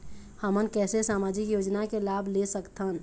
हमन कैसे सामाजिक योजना के लाभ ले सकथन?